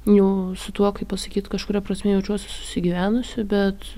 niu su tuo kaip pasakyt kažkuria prasme jaučiuosi susigyvenusi bet